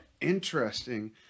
Interesting